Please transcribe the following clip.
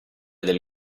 del